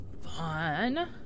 fun